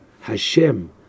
Hashem